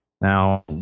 Now